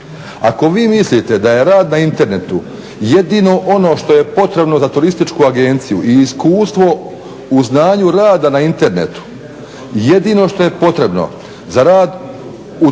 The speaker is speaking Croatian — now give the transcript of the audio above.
Ako vi mislite da je rad na internetu jedino ono što je potrebno za turističku agenciju i iskustvo u znanju rada na internetu jedino što je potrebno za rad u turističkoj